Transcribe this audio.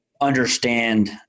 understand